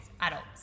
adults